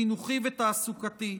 חינוכי ותעסוקתי,